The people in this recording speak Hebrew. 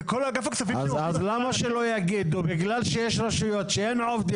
אז למה שלא יגידו שבגלל שיש רשויות שאין בהן